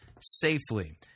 safely